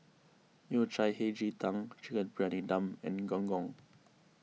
Yao Cai Hei Ji Tang Chicken Briyani Dum and Gong Gong